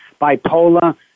bipolar